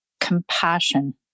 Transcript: compassion